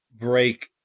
break